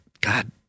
God